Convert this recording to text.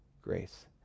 grace